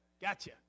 Gotcha